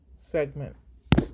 segment